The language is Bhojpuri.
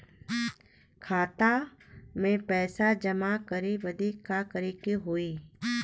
खाता मे पैसा जमा करे बदे का करे के होई?